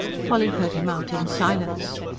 polly heard him out in silence.